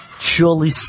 Surely